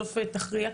בסוף תכריע.